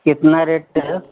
कितना रेट